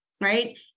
right